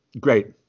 great